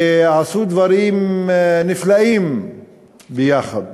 ועשו דברים נפלאים יחד.